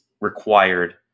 required